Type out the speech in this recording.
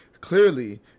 Clearly